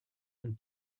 and